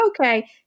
okay